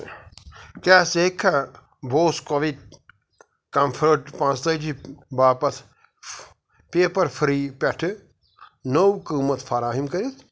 کیٛاہ ژٕ ہیٚککھا بوس کویٹ کمفٲرٹ پانٛژھ تٲجی باپتھ پیپر فرٛی پٮ۪ٹھٕ نوٚو قۭمتھ فراہِم کٔرِتھ